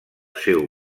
seu